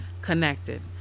connected